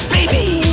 Baby